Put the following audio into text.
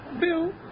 Bill